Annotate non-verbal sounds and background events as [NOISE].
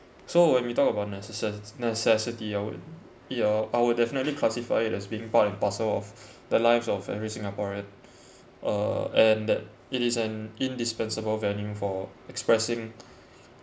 so when we talk about necess~ necessity I would ya I will definitely classify it as being part and parcel of [BREATH] the lives of every singaporean [BREATH] uh and that it is an indispensable venue for expressing